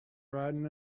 riding